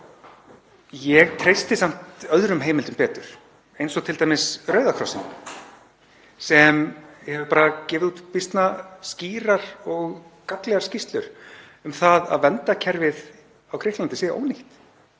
Ég treysti samt öðrum heimildum betur, eins og t.d. Rauða krossinum sem hefur gefið út býsna skýrar og gagnlegar skýrslur um að verndarkerfið á Grikklandi sé ónýtt,